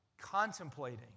contemplating